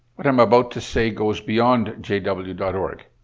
what i'm about to say goes beyond jw org.